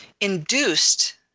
induced